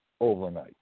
overnight